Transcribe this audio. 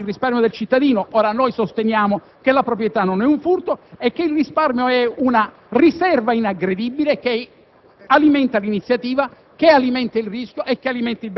al Paese, intaccando il risparmio del cittadino. Ebbene, noi sosteniamo che la proprietà non è un furto e che il risparmio è una riserva non aggredibile, che